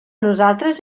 nosaltres